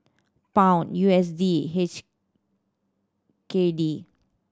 Pound U S D H K D